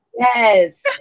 Yes